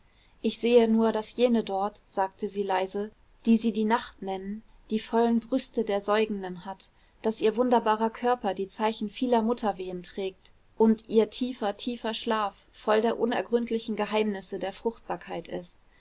ich sehe nur daß jene dort sagte sie leise die sie die nacht nennen die vollen brüste der säugenden hat und daß ihr wunderbarer körper die zeichen vieler mutterwehen trägt und ihr tifer tiefer schlaf voll der unergründlichen geheimnisse der fruchtbarkeit ist